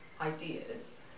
ideas